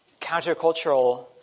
countercultural